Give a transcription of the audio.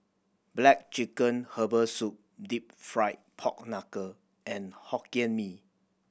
black chicken herbal soup Deep Fried Pork Knuckle and Hokkien Mee